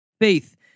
faith